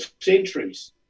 centuries